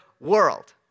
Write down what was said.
world